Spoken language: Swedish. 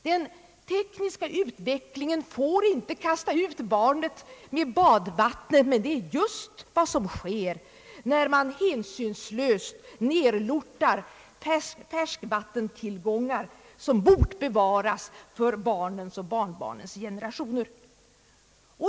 Den tekniska utvecklingen får inte kasta ut barnet med badvattnet, men det är just vad som sker när man hänsynslöst nedlortar färskvattentillgångar som bort bevaras för barnens och barnbarnens generationer.